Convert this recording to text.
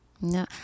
No